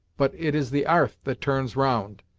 but it is the arth that turns round,